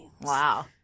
Wow